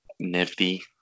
Nifty